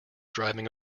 driving